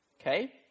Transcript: Okay